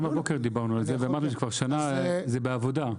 גם הבוקר דיברנו על זה, ואמרתי ששנה זה בעבודה.